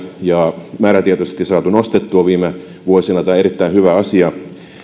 ja määrätietoisesti saatu nostettua viime vuosina tämä on erittäin hyvä asia